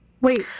Wait